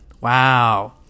Wow